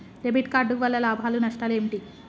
Debit card వల్ల లాభాలు నష్టాలు ఏమిటి?